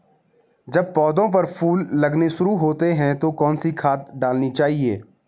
जब पौधें पर फूल लगने शुरू होते हैं तो कौन सी खाद डालनी चाहिए?